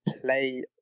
play